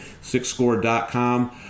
Sixscore.com